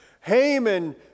Haman